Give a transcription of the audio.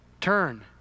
Turn